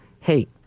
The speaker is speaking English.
hey